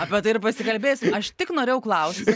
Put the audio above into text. apie tai ir pasikalbėsim aš tik norėjau klaust